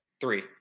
three